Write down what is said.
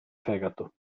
fegato